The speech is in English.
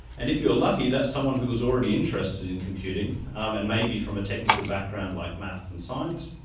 and if you were lucky that was someone who was already interested in computing um and maybe from a technical background like maths and science,